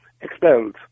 expelled